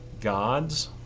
God's